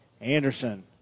Anderson